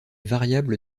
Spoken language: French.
variables